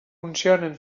funcionen